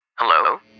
Hello